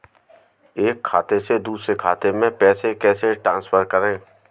एक खाते से दूसरे खाते में पैसे कैसे ट्रांसफर करें?